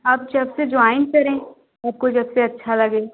आप जब से ज्वाइन करें आपको जब से अच्छा लगे